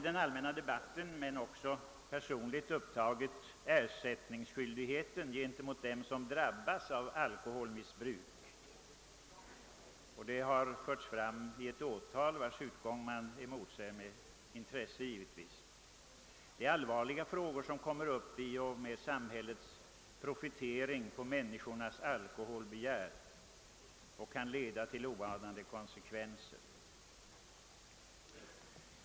I den allmänna debatten, men också i personliga sammanhang, har frågan om ersättningsskyldighet gentemot dem som drabbas av alkoholskador tagits upp. Bland annat har väckts ett åtal, och utgången av denna rättssak motses givetvis med intresse. Det är allvarliga problem som uppstår genom samhällets profiterande på människornas alkoholbegär. Det kan bli oanade konsekvenser därav.